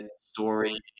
story